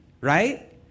right